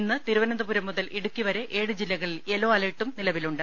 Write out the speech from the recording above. ഇന്ന് തിരുവനന്തപുരം മുതൽ ഇടുക്കിവരെ ഏഴ് ജില്ലകളിൽ യെല്ലോ അലർട്ടും നിലവിലുണ്ട്